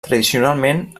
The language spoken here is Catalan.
tradicionalment